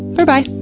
berbye!